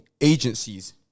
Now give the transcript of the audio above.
agencies